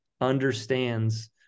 understands